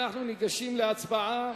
אנחנו ניגשים להצבעה.